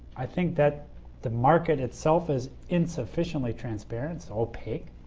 i think that the market itself is insufficiently transparent, so opaque,